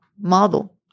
model